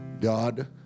God